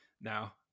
now